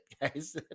guys